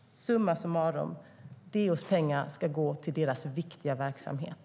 Summa summarum: DO:s pengar ska gå till myndighetens viktiga verksamhet.